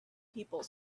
people